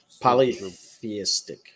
Polytheistic